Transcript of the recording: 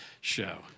show